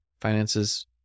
finances